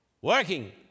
working